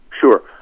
Sure